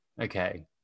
Okay